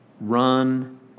run